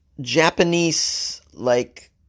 Japanese-like